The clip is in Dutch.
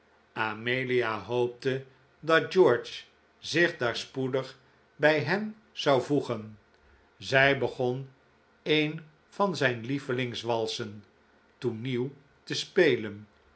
amelia hoopte dat george zich daar spoedig bij hen zou voegen zij begon een van zijn lievelingswalsen toen nieuw te spelen